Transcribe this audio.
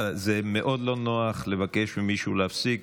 זה מאוד לא נוח לבקש ממישהו להפסיק.